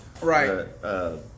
Right